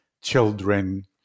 children